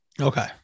okay